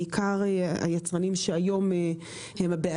בעיקר היצרנים שהם היום הבעלים,